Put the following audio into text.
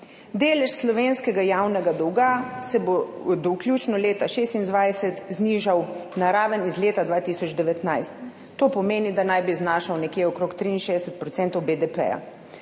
Delež slovenskega javnega dolga se bo do vključno leta 2026 znižal na raven iz leta 2019, to pomeni, da naj bi znašal nekje okrog 63 % BDP.